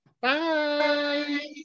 Bye